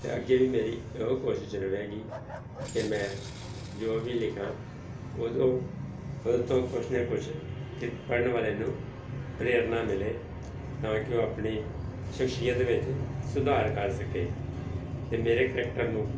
ਅਤੇ ਅੱਗੇ ਵੀ ਮੇਰੀ ਇਹ ਕੋਸ਼ਿਸ਼ ਰਹੇਗੀ ਕਿ ਮੈਂ ਜੋ ਵੀ ਲਿਖਾਂ ਉਦੋਂ ਉਹਦੇ ਤੋਂ ਕੁਛ ਨਾ ਕੁਛ ਪੜ੍ਹਨ ਵਾਲੇ ਨੂੰ ਪ੍ਰੇਰਨਾ ਮਿਲੇ ਤਾਂ ਕਿ ਉਹ ਆਪਣੀ ਸ਼ਖਸੀਅਤ ਵਿੱਚ ਸੁਧਾਰ ਕਰ ਸਕੇ ਅਤੇ ਮੇਰੇ ਕਰੈਕਟਰ ਨੂੰ